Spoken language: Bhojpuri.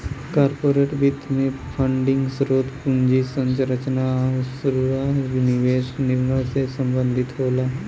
कॉरपोरेट वित्त में फंडिंग स्रोत, पूंजी संरचना आुर निवेश निर्णय से संबंधित होला